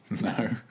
No